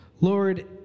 Lord